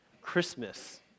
Christmas